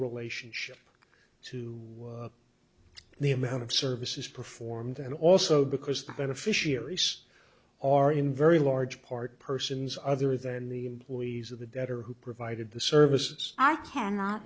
relationship to the amount of services performed and also because the beneficiaries are in very large part persons other than the employees of the debtor who provided the services i cannot